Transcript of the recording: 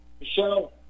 Michelle